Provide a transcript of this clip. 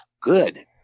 Good